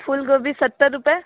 फूल गोभी सत्तर रुपये